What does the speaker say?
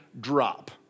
drop